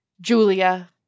Julia